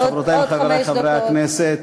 חברותי וחברי חברי הכנסת,